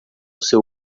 seu